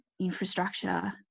infrastructure